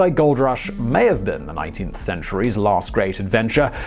like gold rush may have been the nineteenth century's last great adventure,